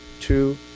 Two